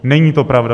Není to pravda.